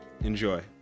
Enjoy